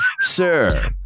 Sir